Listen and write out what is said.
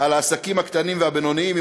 על העסקים הקטנים והבינוניים,